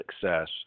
success